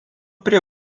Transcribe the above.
prie